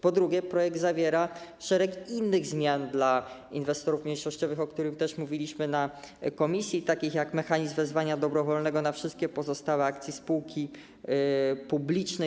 Po drugie, projekt zawiera szereg innych zmian dla inwestorów mniejszościowych, o których też mówiliśmy na posiedzeniu komisji, jak np. mechanizm wezwania dobrowolnego na wszystkie pozostałe akcje spółki publicznej.